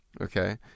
okay